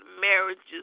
marriages